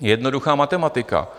Jednoduchá matematika.